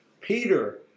peter